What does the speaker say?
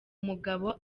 mugabo